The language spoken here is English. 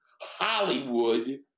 Hollywood